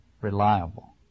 reliable